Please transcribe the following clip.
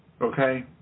Okay